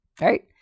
right